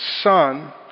son